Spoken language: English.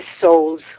soul's